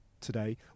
today